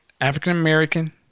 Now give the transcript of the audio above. African-American